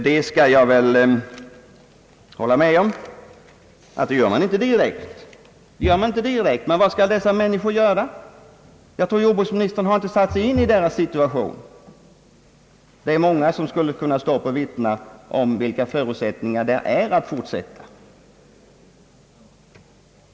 Jag kan väl hålla med om att så inte sker direkt. Men vad skall dessa människor göra? Jag tror inte att jordbruksministern har satt sig in i deras situation. Det är många som skulle kunna stå upp och vittna om vilka dåliga förutsättningar som finns för den här påtalade gruppen att fortsätta i jordbruket.